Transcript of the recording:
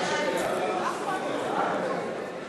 להעביר את הצעת חוק הרבנות הראשית